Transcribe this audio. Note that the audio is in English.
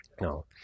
No